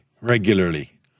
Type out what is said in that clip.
regularly